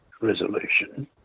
Resolution